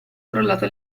crollato